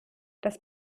das